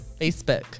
Facebook